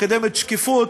מקדמת שקיפות.